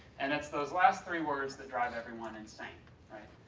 and it's those last three words that drive everyone insane right.